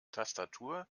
tastatur